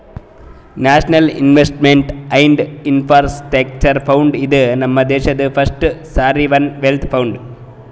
national investment and infrastructure fund, ಇದು ನಮ್ ದೇಶಾದು ಫಸ್ಟ್ ಸಾವರಿನ್ ವೆಲ್ತ್ ಫಂಡ್